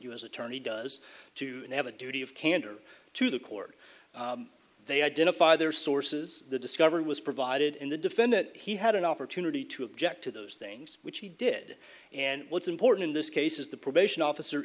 s attorney does to have a duty of candor to the court they identify their sources the discovery was provided in the defendant he had an opportunity to object to those things which he did and what's important in this case is the probation officer